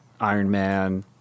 Ironman